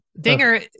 Dinger